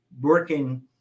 working